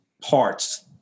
parts